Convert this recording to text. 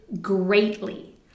greatly